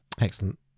Excellent